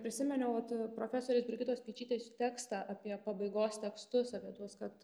prisiminiau profesorės brigitos speičytės tekstą apie pabaigos tekstus apie tuos kad